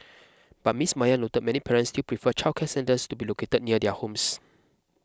but Miss Maya noted many parents still prefer childcare centres to be located near their homes